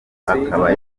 akaba